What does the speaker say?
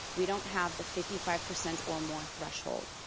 we don't have the fifty five percent or more threshold.